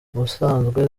ubusanzwe